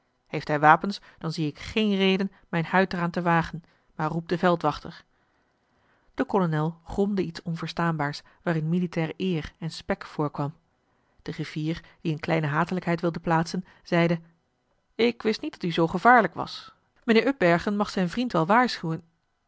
heeft hij wapens dan zie ik geen reden mijn huid er aan te wagen maar roep den veldwachter de kolonel gromde iets onverstaanbaars waarin militaire eer en spek voorkwam de griffier die een kleine hatelijkheid wilde plaatsen zeide ik wist niet dat u zoo gevaarlijk was mijnheer upbergen mag zijn vriend wel waarschuwen